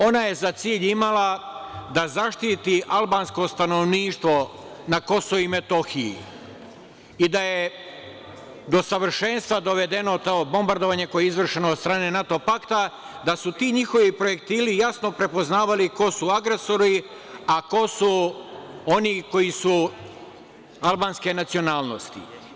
Ona je za cilj imala da zaštiti albansko stanovništvo na Kosovu i Metohiji i da je do savršenstva dovedeno to bombardovanje koje je izvršeno od strane NATO pakta, da su ti njihovi projektili jasno prepoznavali ko su agresori, a ko su oni koji su albanske nacionalnosti.